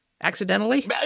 Accidentally